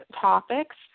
topics